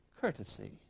courtesy